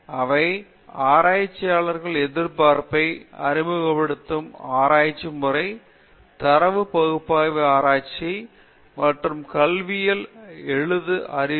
அவை ஆராய்ச்சியாளரின் எதிர்பார்ப்பை அறிமுகப்படுத்தும் ஆராய்ச்சி முறை தரவு பகுப்பாய்வு ஆராய்ச்சி மற்றும் கல்வியல் எழுதும் அறிவு